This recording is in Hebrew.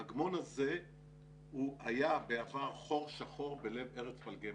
האגמון הזה היה בעבר חור שחור בלב ארץ פלגי